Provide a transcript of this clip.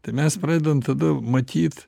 tai mes pradedam tada matyt